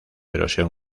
erosión